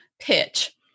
pitch